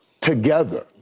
together